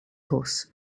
horse